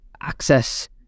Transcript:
access